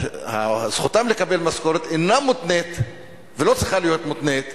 זכותם לקבל משכורת אינה מותנית ולא צריכה להיות מותנית